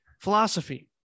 philosophy